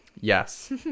yes